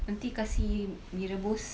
nanti kasi mee rebus